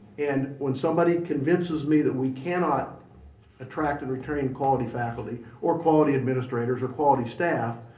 and when somebody convinces me that we cannot attract and retain quality faculty or quality administrators or quality staff,